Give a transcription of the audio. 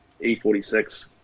E46